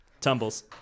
tumbles